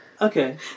Okay